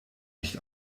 nicht